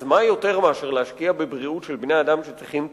אז מה יותר טוב מאשר להשקיע בבריאות של בני-אדם שצריכים טיפול?